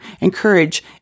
encourage